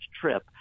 trip